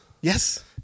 Yes